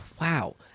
wow